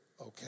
okay